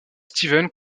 stevens